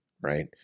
right